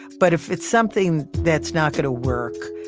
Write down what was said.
but if it's something that's not gonna work,